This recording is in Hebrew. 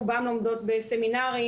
רובן לומדות בסמינרים,